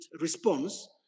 response